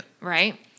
Right